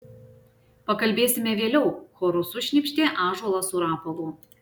pakalbėsime vėliau choru sušnypštė ąžuolas su rapolu